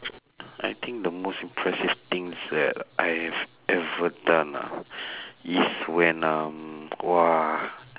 uh I think the most impressive things that I've ever done ah is when um !whoa!